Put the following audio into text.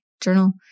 journal